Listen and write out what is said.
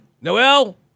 Noel